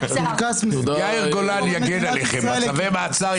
יאיר גולן יגן עליכם מצווי מאסר.